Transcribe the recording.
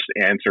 answer